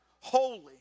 holy